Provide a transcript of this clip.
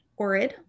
Orid